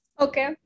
Okay